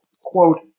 Quote